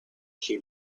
she